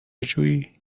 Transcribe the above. جویی